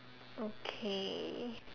okay